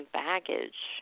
baggage